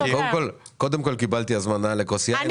קודם כל קיבלתי הזמנה לכוס יין,